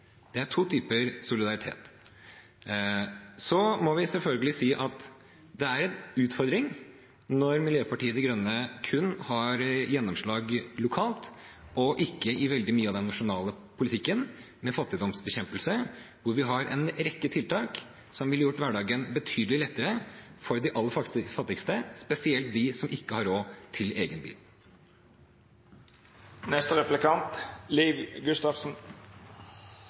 Det er to typer solidaritet. Så må vi selvfølgelig si at det er en utfordring når Miljøpartiet De Grønne kun har gjennomslag lokalt og ikke i veldig mye av den nasjonale politikken med fattigdomsbekjempelse, hvor vi har en rekke tiltak som ville gjort hverdagen betydelig lettere for de aller fattigste, spesielt for dem som ikke har råd til egen